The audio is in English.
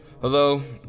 hello